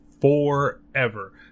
forever